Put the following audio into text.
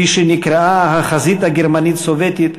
כפי שנקראה החזית הגרמנית סובייטית